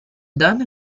done